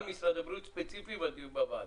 על משרד הבריאות ספציפית בדיון בוועדה.